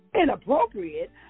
inappropriate